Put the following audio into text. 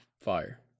Fire